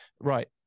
Right